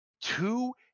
two